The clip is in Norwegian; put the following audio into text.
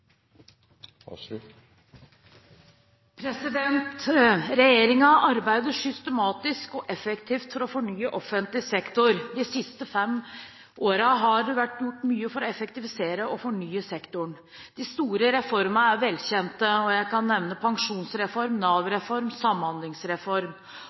arbeider systematisk og effektivt for å fornye offentlig sektor. De siste fem årene har det vært gjort mye for å effektivisere og fornye sektoren. De store reformene er velkjente, og jeg kan nevne